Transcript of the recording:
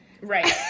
Right